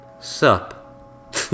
Sup